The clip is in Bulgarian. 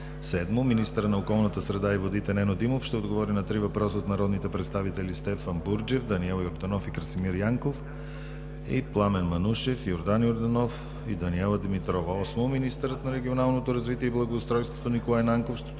7. Министърът на околната среда и водите Нено Димов ще отговори на три въпроса от народните представители Стефан Бурджев; Даниел Йорданов и Красимир Янков; и Пламен Манушев, Йордан Йорданов и Даниела Димитрова. 8. Министърът на регионалното развитие и благоустройството Николай Нанков